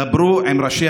דברו עם ראשי